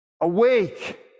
Awake